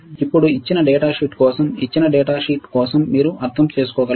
ఇప్పుడు ఇచ్చిన డేటాషీట్ కోసం ఇచ్చిన డేటా షీట్ కోసం మీరు అర్థం చేసుకోగలరు